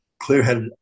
clear-headed